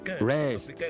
rest